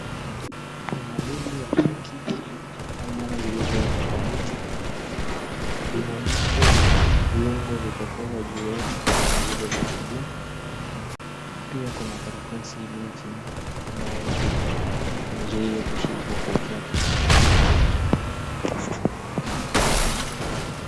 Nyama hizi za mishakiki ama nyama zilizowekwa kwa miti, zimewekwa viungo vya chakula juu yake kama vile vitunguu pia kuna karatasi iliyochini ambayo inazuia kushikwa kwa chafu kwa chakula hiki.